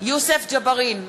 יוסף ג'בארין,